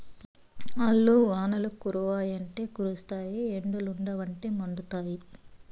ఆల్లు వానలు కురవ్వంటే కురుస్తాయి ఎండలుండవంటే మండుతాయి